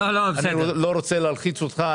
התייחסות.